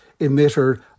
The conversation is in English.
emitter